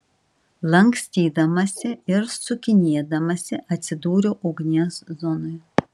lankstydamasi ir sukinėdamasi atsidūriau ugnies zonoje